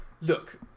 look